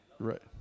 Right